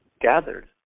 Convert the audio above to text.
gathered